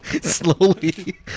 Slowly